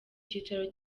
cyicaro